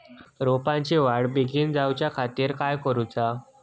रोपाची वाढ बिगीन जाऊच्या खातीर काय करुचा?